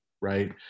right